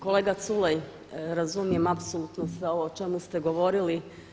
Kolega Culej, razumijem apsolutno sve ovo o čemu ste govorili.